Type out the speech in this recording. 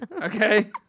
okay